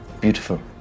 Beautiful